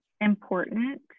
important